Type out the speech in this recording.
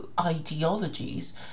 ideologies